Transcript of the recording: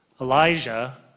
Elijah